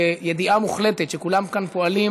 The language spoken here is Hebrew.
בידיעה מוחלטת שכולם כאן פועלים